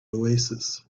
oasis